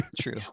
true